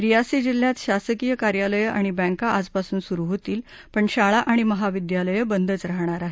रियासी जिल्ह्यात शासकीय कार्यालयं आणि बँका आजपासून सुरु होतील पण शाळा आणि महाविद्यालयं बंदच राहणार आहेत